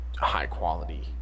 high-quality